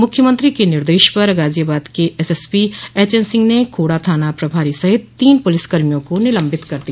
मुख्यमंत्री के निर्देश पर गाजियाबाद के एसएसपी एचएनसिंह ने खोड़ा थाना प्रभारी सहित तीन पुलिस कर्मियों को निलम्बित कर दिया